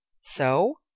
So